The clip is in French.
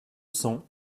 cent